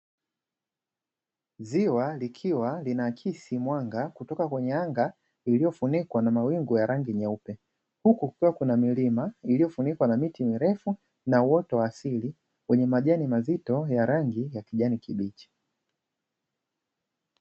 Ziwa likiwa lina akisi mwanga kutoka kwenye anga lililo funikwa na mawingu ya rangi nyeupe, huku kukiwa na milima iliyofunikwa na miti mirefu na uoto wa asili wenye majani mazito ya rangi ya kijani kibichi.